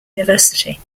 university